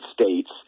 states